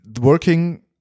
working